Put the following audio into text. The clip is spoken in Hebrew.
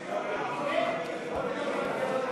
זה גם שלנו.